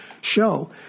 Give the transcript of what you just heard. show